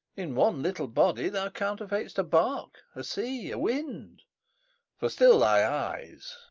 in one little body thou counterfeit'st a bark, a sea, a wind for still thy eyes,